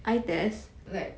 like